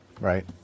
right